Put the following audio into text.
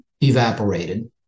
evaporated